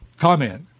comment